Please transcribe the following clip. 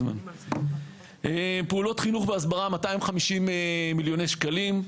פעולות חינוך והסברה, 250,000,000 שקלים.